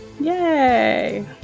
Yay